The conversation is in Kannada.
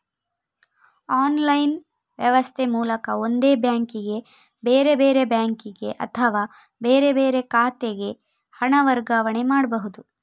ಆನ್ಲೈನ್ ವ್ಯವಸ್ಥೆ ಮೂಲಕ ಒಂದೇ ಬ್ಯಾಂಕಿಗೆ, ಬೇರೆ ಬೇರೆ ಬ್ಯಾಂಕಿಗೆ ಅಥವಾ ಬೇರೆ ಬೇರೆ ಖಾತೆಗೆ ಹಣ ವರ್ಗಾವಣೆ ಮಾಡ್ಬಹುದು